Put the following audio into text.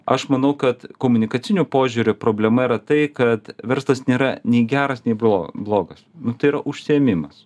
aš manau kad komunikaciniu požiūriu problema yra tai kad verslas nėra nei geras nei blo blogas tai yra užsiėmimas